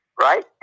Right